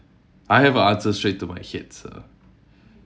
I have a answer straight to my head so